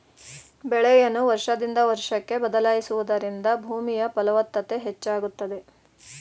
ಬೆಳೆಯನ್ನು ವರ್ಷದಿಂದ ವರ್ಷಕ್ಕೆ ಬದಲಾಯಿಸುವುದರಿಂದ ಭೂಮಿಯ ಫಲವತ್ತತೆ ಹೆಚ್ಚಾಗುತ್ತದೆ